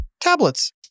tablets